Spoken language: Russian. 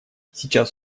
сейчас